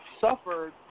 suffered